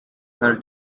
her